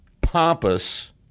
pompous